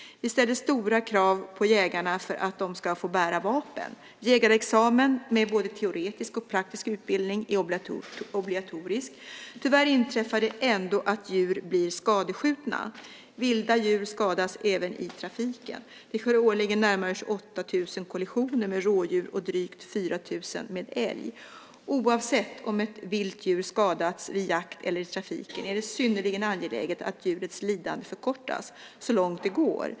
Vi ställer stora krav på jägarna för att de ska få bära vapen. Jägarexamen med både teoretisk och praktisk utbildning är obligatorisk. Tyvärr inträffar det ändå att djur blir skadeskjutna. Vilda djur skadas även i trafiken. Det sker årligen närmare 28 000 kollisioner med rådjur och drygt 4 000 med älg. Oavsett om ett vilt djur skadats vid jakt eller i trafiken är det synnerligen angeläget att djurets lidande förkortas så långt det går.